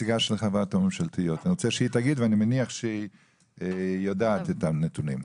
אני מניח שהיא יודעת את הנתונים.